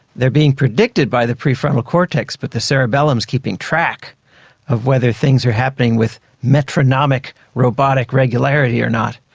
they are being predicted by the prefrontal cortex, but the cerebellum is keeping track of whether things are happening with metronomic robotic regularity or not.